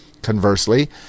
Conversely